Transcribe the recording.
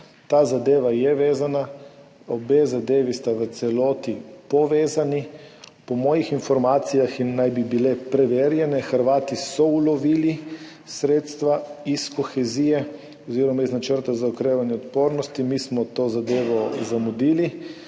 Ta zadeva je vezana. Obe zadevi sta v celoti povezani. Po mojih informacijah, naj bi bile preverjene, so Hrvati ulovili sredstva iz kohezije oziroma iz načrta za okrevanje odpornosti. Mi smo to zadevo zamudili.